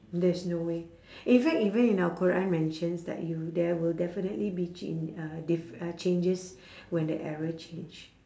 there's no way in fact even in our quran mentions like you there will definitely be chan~ uh diffe~ uh changes when the era change